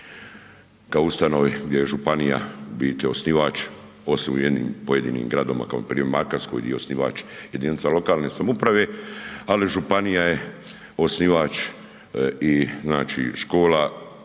kao ustanovi gdje je županija u biti osnivač, osim u jednim pojedinim gradovima kao npr. u Makarskoj di je osnivač jedinica lokalne samouprave, ali županija je osnivač i znači